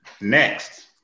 Next